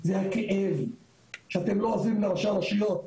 זה הכאב שאתם לא עוזרים לראשי הרשויות.